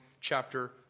chapter